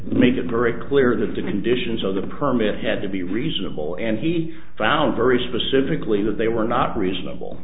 make it very clear that the conditions of the permit had to be reasonable and he found very specifically that they were not reasonable